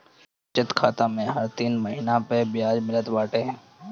बचत खाता में हर तीन महिना पअ बियाज मिलत बाटे